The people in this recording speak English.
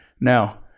Now